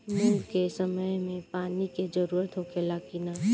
मूंग के समय मे पानी के जरूरत होखे ला कि ना?